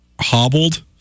hobbled